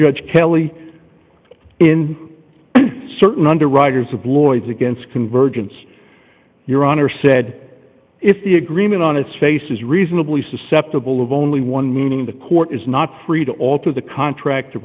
judge kelly in certain underwriters of lloyd's against convergence your honor said if the agreement on its face is reasonably susceptible of only one meaning the court is not free to alter the contract to